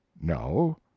no